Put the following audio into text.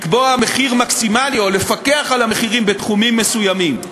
לקבוע מחיר מקסימלי או לפקח על המחירים בתחומים מסוימים.